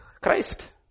Christ